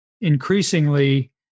increasingly